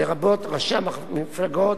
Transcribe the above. לרבות ראשי המפלגות,